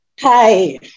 Hi